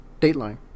dateline